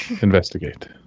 investigate